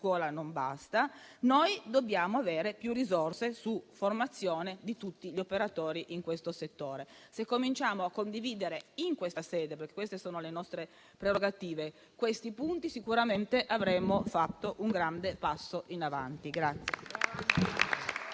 scuola non basta; dobbiamo avere più risorse per la formazione di tutti gli operatori in questo settore. Se cominciamo a condividere in questa sede - perché queste sono le nostre prerogative - i punti citati, sicuramente avremo fatto un grande passo in avanti.